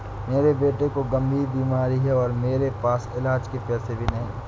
मेरे बेटे को गंभीर बीमारी है और मेरे पास इलाज के पैसे भी नहीं